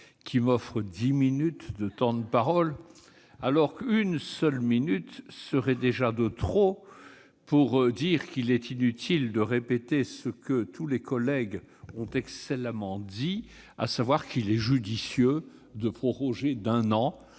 qui m'offre dix minutes de temps de parole, alors qu'une seule serait déjà de trop pour dire qu'il est inutile de répéter ce que tous les collègues ont excellemment exprimé, à savoir qu'il est judicieux de proroger d'un an